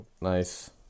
Nice